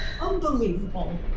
Unbelievable